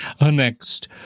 next